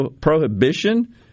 prohibition